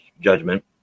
judgment